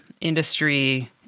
industry